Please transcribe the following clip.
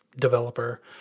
developer